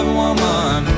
woman